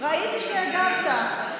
הגבתי ואמרתי שזה שקר וכזב.